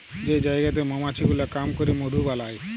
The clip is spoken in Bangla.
যে জায়গাতে মমাছি গুলা কাম ক্যরে মধু বালাই